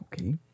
Okay